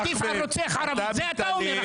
זה מה שנאמר.